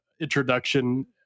introduction